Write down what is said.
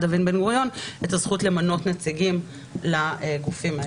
דוד בן-גוריון את הזכות למנות נציגים לגופים האלה.